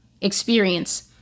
experience